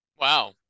Wow